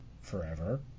forever